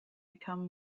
become